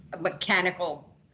mechanical